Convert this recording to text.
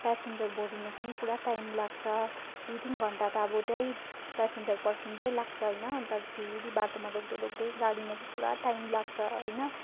passenger भोरिनु पनि पुरा टाइम लाग्छ दुई तिन घन्टा त अब त्यहीँ पेसेन्जर पर्खिँदै लाग्छ होइन अन्त फेरि बाटोमा रोक्दै रोक्दै गाडीमा चाहिँ पुरा टाइम लाग्छ होइन